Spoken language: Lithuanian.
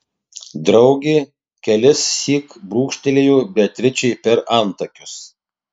draugė kelissyk brūkštelėjo beatričei per antakius